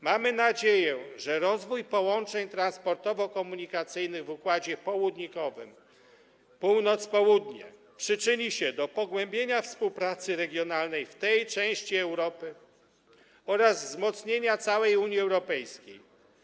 Mamy nadzieję, że rozwój połączeń transportowo-komunikacyjnych w układzie południkowym, północ - południe, przyczyni się do pogłębienia współpracy regionalnej w tej części Europy oraz wzmocnienia całej Unii Europejskiej.